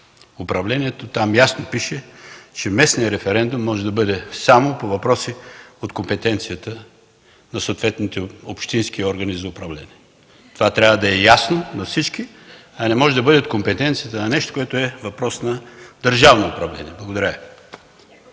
управлението. Там ясно пише, че местният референдум може да бъде само по въпроси от компетенцията на съответните общински органи за управление. Това трябва да е ясно на всички. Не може да бъде в компетенцията на нещо, което е въпрос на държавно управление. Благодаря.